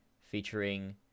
featuring